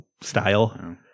style